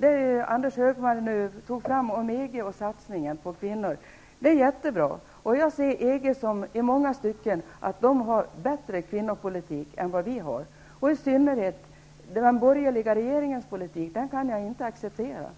Det Anders G Högmark nu tog upp om EG:s stasning på kvinnor är jättebra. Jag menar att EG på många områden har en bättre kvinnopolitik än vad vi har, och detta gäller i synnerhet den borgerliga regeringens politik, som jag inte kan acceptera.